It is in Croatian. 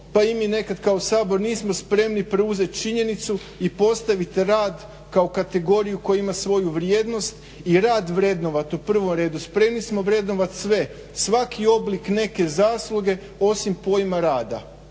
pa i mi nekad kao Sabor nismo spremni preuzeti činjenicu i postaviti rad kao kategoriju koja ima svoju vrijednost i rad vrednovati u prvom redu. Spremni smo vrednovati sve, svaki oblik neke zasluge osim pojma rada,